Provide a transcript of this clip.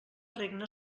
regna